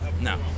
No